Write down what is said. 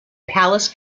palace